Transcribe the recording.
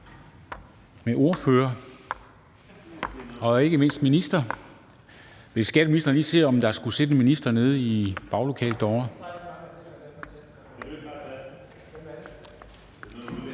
med ordførere og ikke mindst minister. Vil skatteministeren lige se, om der skulle sidde en minister nede i baglokalet derovre?